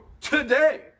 today